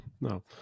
no